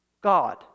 God